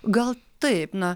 gal taip na